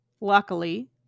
luckily